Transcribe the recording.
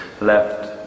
left